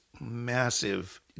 massive